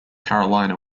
carolina